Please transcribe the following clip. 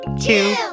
two